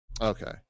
Okay